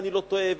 אם אני לא טועה,